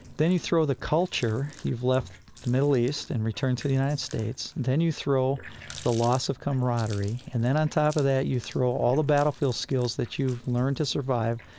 then you throw the culture. you've left the middle east and returned to the united states, then you throw the loss of camaraderie. and then on top of that you throw all the battlefield skills that you've learned to survive,